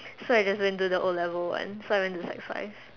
so I just went to the O-level one so I went to sec five